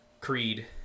Creed